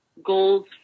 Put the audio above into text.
Goals